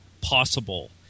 possible